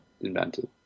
invented